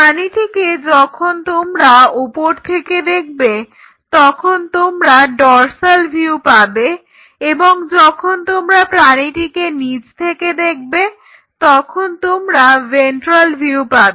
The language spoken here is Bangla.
প্রাণীটিকে যখন তোমরা উপর থেকে দেখবে তখন তোমরা ডর্সাল ভিউ পাবে এবং যখন তোমরা প্রাণীটিকে নিচ থেকে দেখবে তখন তোমরা ভেন্ট্রাল ভিউ পাবে